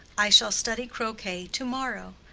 i shall study croquet to-morrow.